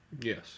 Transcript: Yes